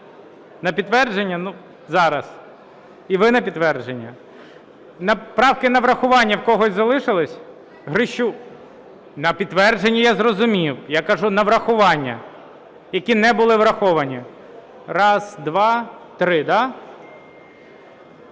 На підтвердження? Зараз. І ви – на підтвердження? Правки на врахування в когось залишились? Грищук. На підтвердження – я зрозумів, я кажу – на врахування, які не були враховані. Три, да? Грищук